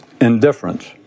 Indifference